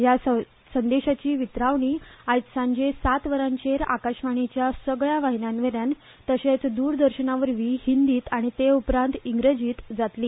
ह्या संदेशाची वितरावणी आज सांजे सात वरांचेर आकाशवाणीच्या सगल्या वाहिन्यांवरवीं तशेच द्रदर्शनावरवीं हिंदींत आनी ते उपरांत इंग्लिशींत जातली